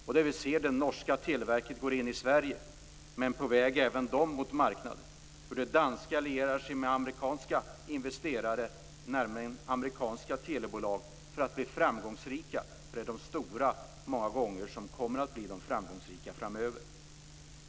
Vi ser hur det norska televerket går in i Sverige men också är på väg mot marknaden. Vi ser hur det danska lierar sig med amerikanska investerare, nämligen amerikanska telebolag, för att bli framgångsrikt. Ty det är många gånger de stora som kommer att bli framgångsrika framöver.